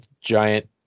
giant